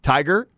Tiger